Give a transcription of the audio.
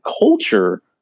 culture